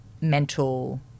mental